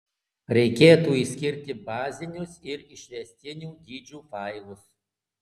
reikėtų išskirti bazinius ir išvestinių dydžių failus